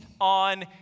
on